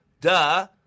Duh